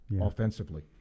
offensively